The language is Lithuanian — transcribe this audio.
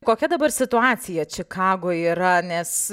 kokia dabar situacija čikagoje yra nes